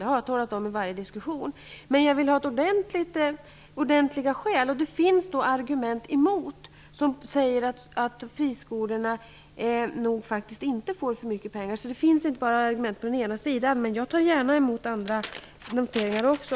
Det har jag talat om i varje diskussion. Men jag vill ha ordentliga skäl. Det finns motargument som säger att friskolorna nog faktiskt inte får för mycket pengar. Det finns inte bara argument för den ena sidan. Jag tar gärna emot andra noteringar också.